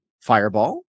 fireball